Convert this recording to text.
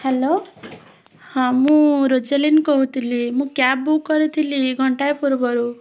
hello ହଁ ମୁଁ ରୋଜାଲିନ୍ କହୁଥିଲି ମୁଁ କ୍ୟାବ୍ ବୁକ୍ କରିଥିଲି ଘଣ୍ଟାଏ ପୂର୍ବରୁ